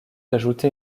ajouter